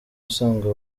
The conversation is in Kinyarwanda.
asanzwe